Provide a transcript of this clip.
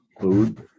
food